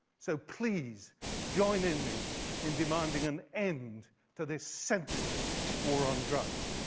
so please join in me in demanding an end to this senseless war on drugs.